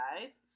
guys